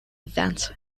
events